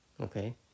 okay